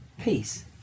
peace